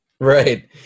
right